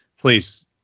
please